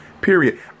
period